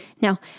Now